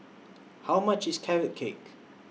How much IS Carrot Cake